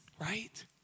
right